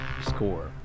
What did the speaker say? score